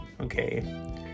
Okay